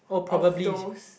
of those